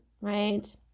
right